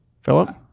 Philip